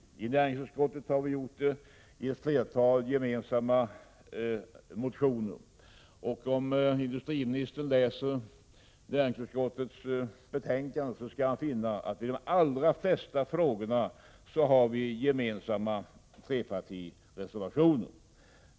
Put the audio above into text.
Vi har gjort det i näringsutskottet i ett flertal gemensamma motioner. Om industriministern läser näringsutskottets betän kande skall han finna att vi i de allra flesta frågorna har avgivit trepartireservationer.